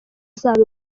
zabo